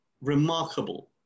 remarkable